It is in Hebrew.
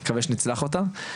אני מקווה שנצלח אותם,